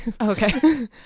Okay